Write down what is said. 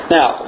Now